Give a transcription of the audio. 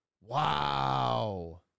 wow